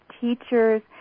teachers